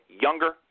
younger